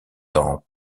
dans